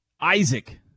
Isaac